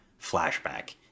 flashback